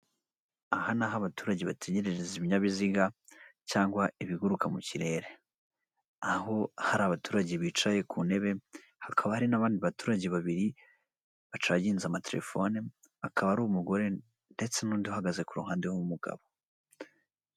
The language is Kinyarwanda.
Aha ni aho abaturage bategerereza ibinyabiziga cyangwa ibiguruka mu kirere, aho hari abaturage bicaye ku ntebe hakaba hari n'abandi baturage babiri bacaginze amatelefone, hakaba hari umugore ndetse n'undi uhagaze ku ruhande w'umugabo.